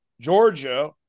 Georgia –